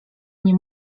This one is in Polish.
nie